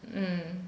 mm